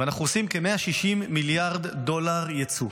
אנחנו עושים כ-160 מיליארד דולר יצוא.